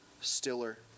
stiller